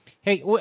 Hey